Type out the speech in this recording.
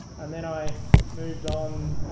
and then i moved on